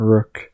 Rook